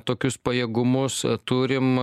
tokius pajėgumus turim